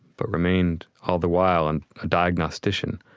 but remained all the while and a diagnostician.